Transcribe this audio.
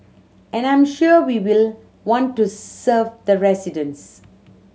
and I'm sure we will want to serve the residents